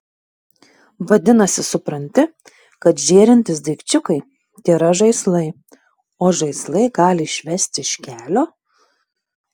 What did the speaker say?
vadinasi supranti kad žėrintys daikčiukai tėra žaislai o žaislai gali išvesti iš kelio